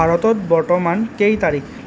ভাৰতত বৰ্তমান কেই তাৰিখ